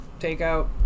takeout